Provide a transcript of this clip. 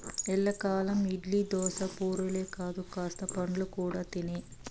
ఎల్లకాలం ఇడ్లీ, దోశ, పూరీలే కాదు కాస్త పండ్లు కూడా తినే